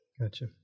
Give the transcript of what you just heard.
gotcha